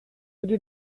ydy